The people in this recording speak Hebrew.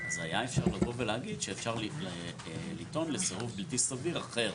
אז אפשר היה לבוא ולהגיד שאפשר לטעון לסירוב בלתי סביר אחר,